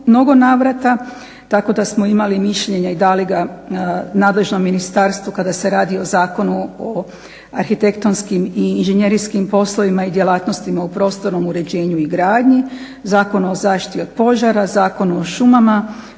mnogo navrata, tako da smo imali mišljenje i dali ga nadležnom ministarstvu kada se radi o Zakonu o arhitektonskim i inženjerijskim poslovima i djelatnostima u prostornom uređenju i gradnji, Zakon o zaštiti od požara, Zakon o šumama,